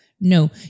No